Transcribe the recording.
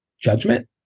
judgment